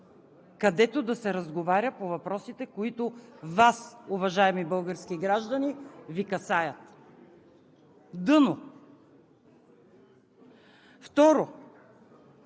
където да се разговаря по въпросите, които Вас, уважаеми български граждани, Ви касаят. Дъно! Второ,